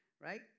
right